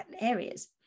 areas